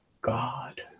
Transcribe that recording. God